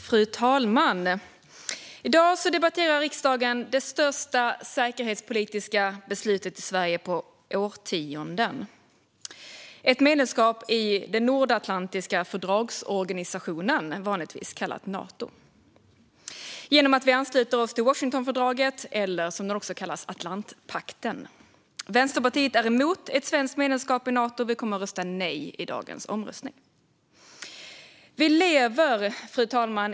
Fru talman! I dag debatterar riksdagen det största säkerhetspolitiska beslutet i Sverige på årtionden, nämligen ett medlemskap i Nordatlantiska fördragsorganisationen, vanligtvis kallat Nato, genom att vi ansluter oss till Washingtonfördraget eller som det också kallas Atlantpakten. Vänsterpartiet är emot ett svenskt medlemskap i Nato, och vi kommer att rösta nej i dagens omröstning. Fru talman!